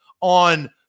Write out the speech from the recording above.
on